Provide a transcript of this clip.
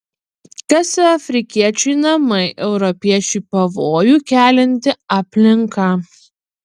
kas afrikiečiui namai europiečiui pavojų kelianti aplinka